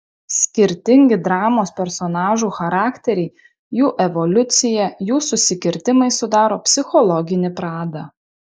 skirtingi dramos personažų charakteriai jų evoliucija jų susikirtimai sudaro psichologinį pradą